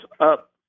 up